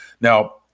Now